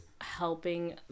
helping